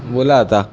बोला आता